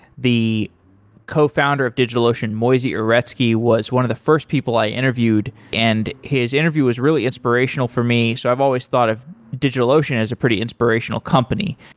the cofounder of digitalocean, moisey uretsky, was one of the first people i interviewed, and his interview was really inspirational for me. so i've always thought of digitalocean as a pretty inspirational company.